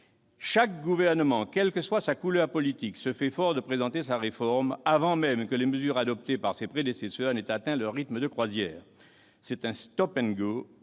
Chaque gouvernement, quelle que soit sa couleur politique, se fait fort de présenter sa réforme avant même que les mesures adoptées par ses prédécesseurs n'aient atteint leur rythme de croisière. C'est un incessant qui